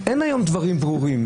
אין היום דברים ברורים,